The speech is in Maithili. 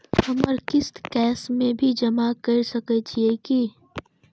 हमर किस्त कैश में भी जमा कैर सकै छीयै की?